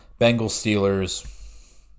Bengals-Steelers